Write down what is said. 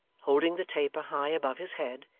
holding the taper high above his head,